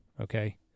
okay